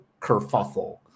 kerfuffle